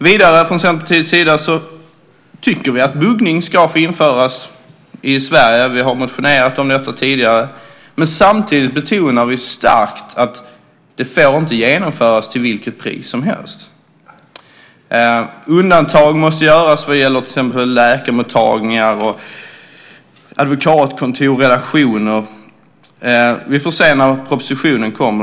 Vidare tycker vi i Centerpartiet att buggning ska införas i Sverige. Vi har väckt motioner om det tidigare. Samtidigt betonar vi starkt att det inte får genomföras till vilket pris som helst. Undantag måste göras vad gäller till exempel läkarmottagningar, advokatkontor, redaktioner. Vi får se när propositionen kommer.